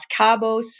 Cabos